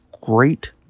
great